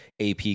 AP